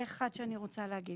אני רוצה להגיד